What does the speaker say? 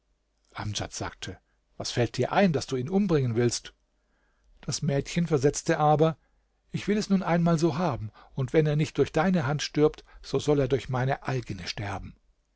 amdjad sagte was fällt dir ein daß du ihn umbringen willst das mädchen versetzte aber ich will es nun einmal so haben und wenn er nicht durch deine hand stirbt so soll er durch meine eigene sterben